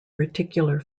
reticular